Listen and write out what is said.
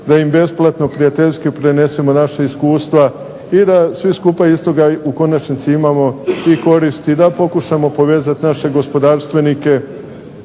da im besplatno, prijateljski prenesemo naša iskustva i da iz toga svi skupa u konačnici imamo korist i da pokušamo povezati naše gospodarstvenike,